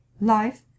Life